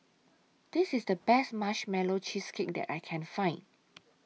This IS The Best Marshmallow Cheesecake that I Can Find